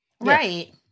Right